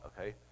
okay